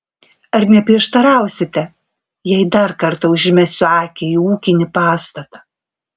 ar neprieštarausite jei dar kartą užmesiu akį į ūkinį pastatą